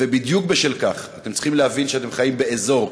ובדיוק בשל כך אתם צריכים להבין שאתם חיים באזור,